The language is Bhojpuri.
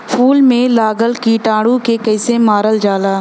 फूल में लगल कीटाणु के कैसे मारल जाला?